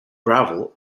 gravel